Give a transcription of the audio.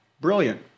Brilliant